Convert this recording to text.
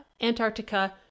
antarctica